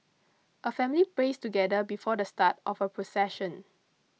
a family prays together before the start of the procession